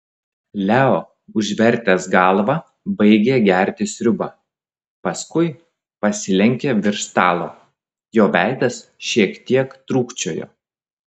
leo užvertęs galvą baigė gerti sriubą paskui pasilenkė virš stalo jo veidas šiek tiek trūkčiojo